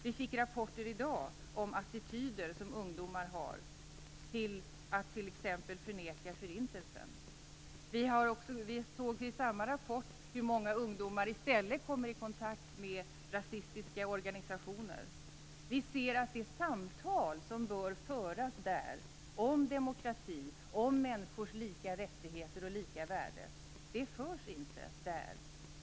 Vi fick i dag en rapport om attityder som ungdomar har, t.ex. att förneka förintelsen. Vi såg i samma rapport att många ungdomar i stället kommer i kontakt med rasistiska organisationer. Vi ser att det samtal som bör föras i skolan om demokrati och om människors lika rättigheter och lika värde inte förs där.